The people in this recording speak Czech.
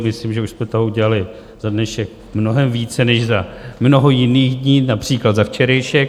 Myslím, že už jsme toho udělali za dnešek mnohem více než za mnoho jiných dní, například za včerejšek.